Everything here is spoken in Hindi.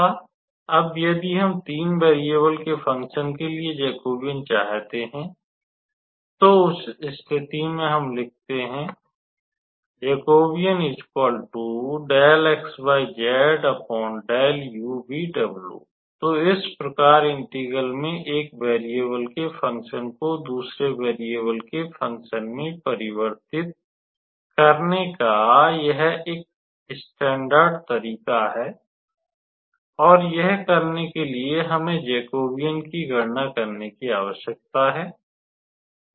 अब यदि आप तीन वेरियेबलके फंकशन के लिए जैकबियन चाहते हैं तो उस स्थिति में हम लिखते हैं तो इस प्रकार इंटेग्रल मे एक वेरियेबलके फंकशन को दूसरे वेरियेबलके फंकशन में परिवर्तित करने का यह एक मानक तरीका है और यह करने के लिए हमें जैकबियन की गणना करने की आवश्यकता है